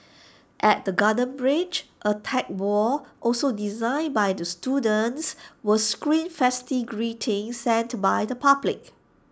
at the garden bridge A tech wall also designed by the students will screen festive greetings sent by the public